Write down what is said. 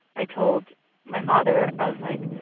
i told my father i was like,